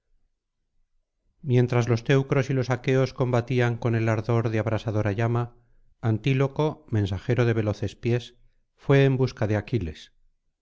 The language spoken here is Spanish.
mientras los teucros y los aqueos combatían con el ardor de abrasadora llama antíloco mensajero de veloces pies fué eri busca de aquiles